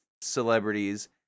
celebrities